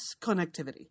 connectivity